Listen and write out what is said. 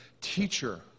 teacher